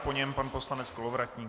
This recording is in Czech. Po něm pan poslanec Kolovratník.